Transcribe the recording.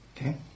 Okay